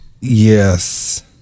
yes